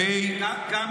אני כופר?